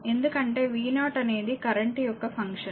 ఎందుకంటే v0 అనేది current యొక్క ఫంక్షన్